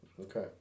Okay